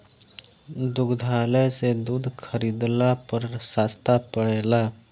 दुग्धालय से दूध खरीदला पर सस्ता पड़ेला?